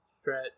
stretch